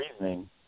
reasoning